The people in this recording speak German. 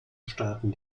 staaten